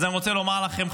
אז אני רוצה לומר לכם,